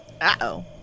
Uh-oh